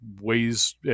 ways